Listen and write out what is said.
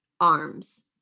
arms